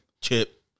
Chip